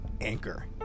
Anchor